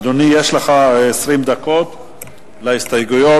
אדוני, יש לך 20 דקות להסתייגויות.